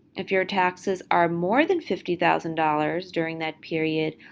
if your taxes are more than fifty thousand dollars during that period,